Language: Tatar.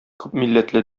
күпмилләтле